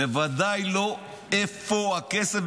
בוודאי לא איפה הכסף,